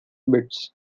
bits